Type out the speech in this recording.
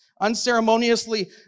unceremoniously